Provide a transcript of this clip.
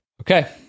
Okay